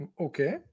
Okay